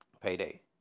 Payday